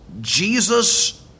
Jesus